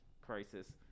crisis